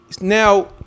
now